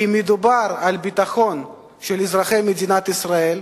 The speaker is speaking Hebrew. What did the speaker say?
כי מדובר על הביטחון של אזרחי מדינת ישראל,